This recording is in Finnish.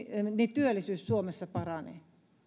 työllisyys suomessa paranee